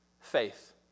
Faith